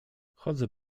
chodzę